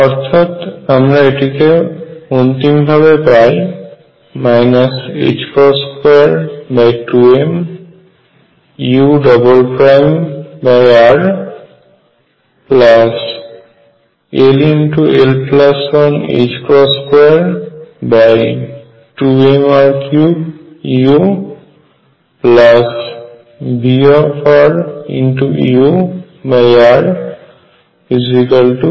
অর্থাৎ আমরা এটিকে অন্তিম ভাবে পাই 22m urll122mr3uVrurEur